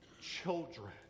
children